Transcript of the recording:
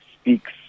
speaks